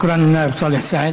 תודה.